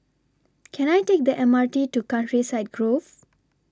Can I Take The M R T to Countryside Grove